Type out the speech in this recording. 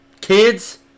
kids